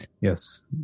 Yes